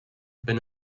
been